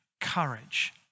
courage